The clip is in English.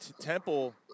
Temple